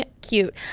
cute